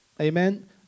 amen